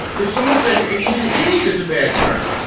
if someone said even idiot is a bad term,